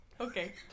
okay